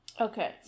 Okay